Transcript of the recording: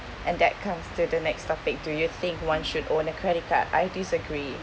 and that comes to the next topic do you think one should own a credit card I disagree